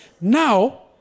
Now